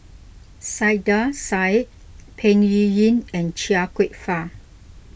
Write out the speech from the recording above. Saiedah Said Peng Yuyun and Chia Kwek Fah